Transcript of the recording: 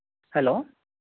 hello